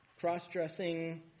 Cross-dressing